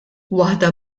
waħda